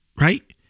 Right